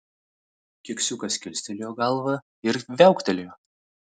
keksiukas kilstelėjo galvą ir viauktelėjo